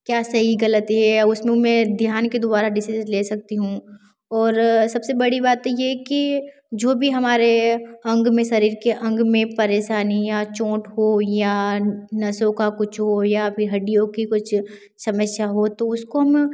क्या सही ग़लत यह है उसमें में ध्यान के द्वारा डिसीजंस ले सकती हूँ और सबसे बड़ी बात तो यह कि जो भी हमारे अंग में शरीर के अंग में परेशानी या चोंट हो या नसों का कुछ हो या फिर हड्डियों की कुछ समस्या हो तो उसको हम